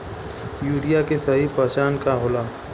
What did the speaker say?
Urea के सही पहचान का होला?